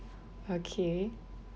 okay